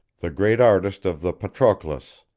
the great artist of the patroclus,